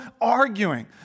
arguing